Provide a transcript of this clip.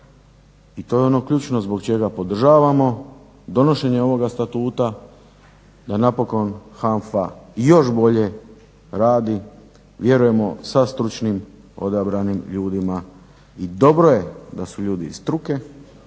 i to je ono ključno zbog čega podržavamo donošenje ovoga Statuta da napokon HANFA i još bolje radi vjerujemo sa stručnim odabranim ljudima. I dobro je da su ljudi iz struke